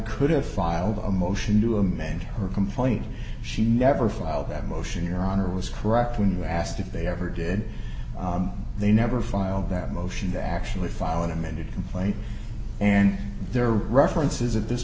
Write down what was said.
could have filed a motion to amend her complaint she never filed that motion your honor was correct when asked if they ever did they never filed that motion to actually file an amended complaint and their references at this